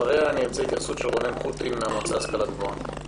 אחריה ארצה התייחסות של רונן קוטין מן המועצה להשכלה גבוהה.